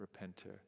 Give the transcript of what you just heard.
repenter